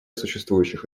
существующих